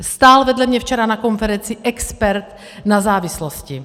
Stál vedle mě včera na konferenci expert na závislosti.